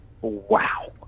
wow